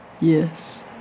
Yes